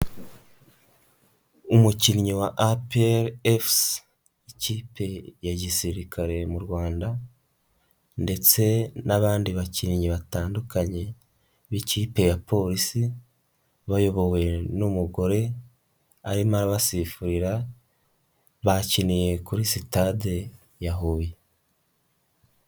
Umukinnyi wa APR fc, ikipe ya gisirikare mu rwanda ndetse n'abandi bakinnyi batandukanye b'ikipe ya polisi, bayobowe n'umugore, arimo arabasifurira, bakiniye kuri sitade ya Huye.